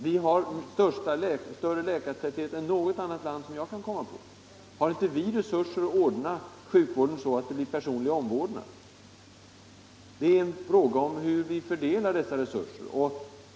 Vi har större läkartäthet än något annat land jag känner till. Har inte vi resurser att ordna sjukvården så att det blir en bra personlig omvårdnad? Det är en fråga om hur resurserna används.